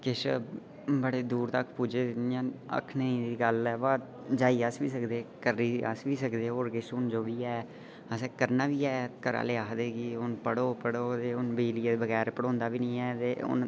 किश बड़े दूर तक्क पुज्जे इं'या आखने दी गल्ल जाई अस बी सकदे करी अस बी सकदे जो कुछ बी ऐ असें करना बी ऐ घरै आह्ले आखदे पढ़ो पढ़ो हू'न बिजली दे बगैर पढ़ोंदा बी निं ऐ ते